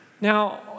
Now